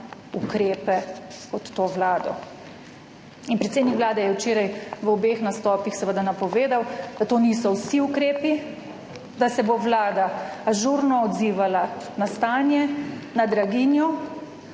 ukrepe pod to vlado. In predsednik Vlade je včeraj v obeh nastopih seveda napovedal, da to niso vsi ukrepi, da se bo Vlada ažurno odzivala na stanje, na draginjo.